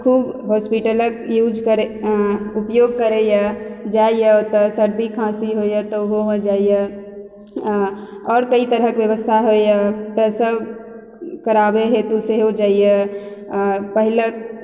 खुब हॉस्पिटलक यूज करय उपयोग करइए जाइए ओतय सर्दी खाँसी होइया तऽ उहोमे जाइए आओर कइ तरहक व्यवस्था होइए प्रसव कराबय हेतु सेहो जाइए पहिले